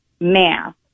math